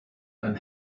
ein